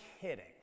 kidding